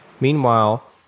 Meanwhile